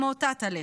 כמו טאטאל'ע,